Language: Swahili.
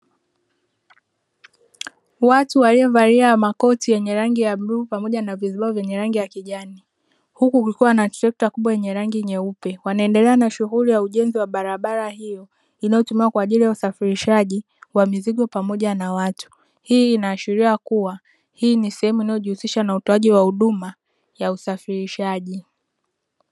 Watu waliovalia makoti yenye rangi ya bluu pamoja na vizibao vyenye rangi ya kijani, huku kukiwa na trekta kubwa yenye rangi nyeupe, wanaendelea na shughuli ya ujenzi wa barabara hiyo inayotumiwa kwa ajili ya usafirishaji wa mizigo pamoja na watu. Hii inaashiria kuwa hii ni sehemu inayojihusiha na utoaji wa huduma ya usafirishaji.